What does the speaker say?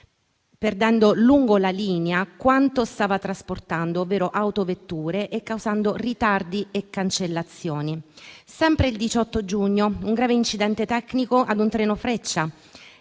perdendo lungo la linea quanto stava trasportando, ovvero autovetture, e causando ritardi e cancellazioni. Sempre il 18 giugno, un grave incidente tecnico a un treno Freccia,